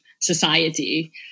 society